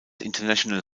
international